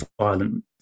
violent